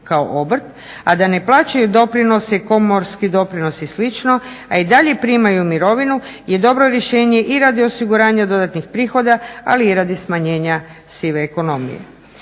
kao obrt a da ne plaćaju doprinose, komorske doprinose i slično a i dalje primaju mirovinu i dobro rješenje i radi osiguranja dodatnih prihoda ali i radi smanjenja sive ekonomije.